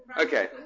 Okay